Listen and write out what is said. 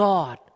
God